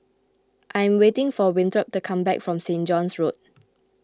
I am waiting for Winthrop to come back from Saint John's Road